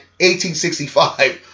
1865